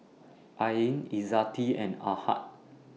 Ain Izzati and Ahad